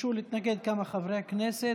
ביקשו להתנגד כמה חברי הכנסת.